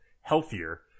healthier